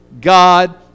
God